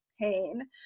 pain